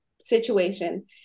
situation